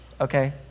okay